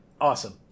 Awesome